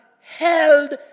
held